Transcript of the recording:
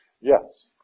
Yes